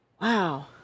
Wow